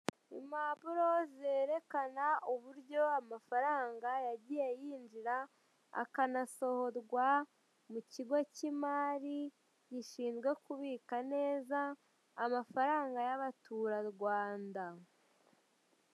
Impapuro zerekana uburyo amafaranga yagiye yinjira, akanasohorwa mu kigo k'imari gishinzwe kubika neza amafaranga y'abaturarwanda.